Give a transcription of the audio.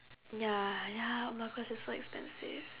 ya ya oh my gosh it's so expensive